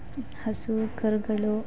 ಹಸು ಕರುಗಳು